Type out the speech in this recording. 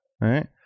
right